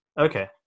Okay